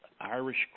Irish